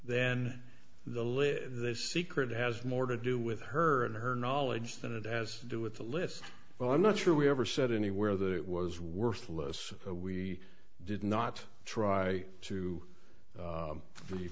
then the live this secret has more to do with her and her knowledge than it has to do with the list well i'm not sure we ever said anywhere that it was worthless we did not try to